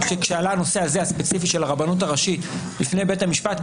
כשעלה הנושא הזה הספציפי של הרבנות הראשית בפני בית המשפט,